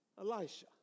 Elisha